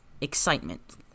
Excitement